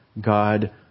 God